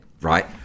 right